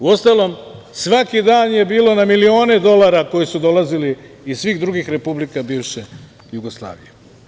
Uostalom, svaki dan je bilo na milione dolara koji su dolazili iz svih drugih republika bivše Jugoslavije.